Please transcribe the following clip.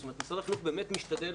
זאת אומרת משרד החינוך באמת משתדל,